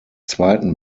zweiten